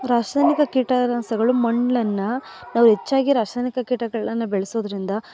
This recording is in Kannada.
ರಾಸಾಯನಿಕ ಕೀಟಾನಾಶಗಳು ಮಣ್ಣನ್ನು ನಾವು ಹೆಚ್ಚಾಗಿ ರಾಸಾಯನಿಕ ಕೀಟಗಳನ್ನ ಬೆಳೆಸೋದ್ರಿಂದ